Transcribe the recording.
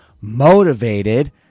motivated